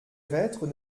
reîtres